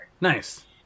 Nice